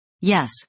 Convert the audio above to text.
Yes